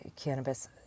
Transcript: cannabis